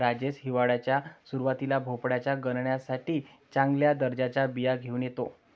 राजेश हिवाळ्याच्या सुरुवातीला भोपळ्याच्या गाण्यासाठी चांगल्या दर्जाच्या बिया घेऊन येतो